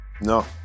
No